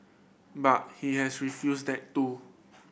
but he has refused that too